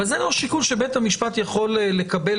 אבל זה לא שיקול שבית המשפט יכול לקבל